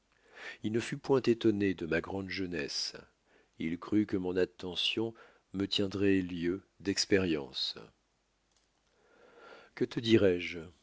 il ne fut point étonné de ma grande jeunesse il crut que mon attention me tiendroit lieu d'expérience que te dirai-je